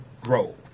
Grove